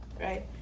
right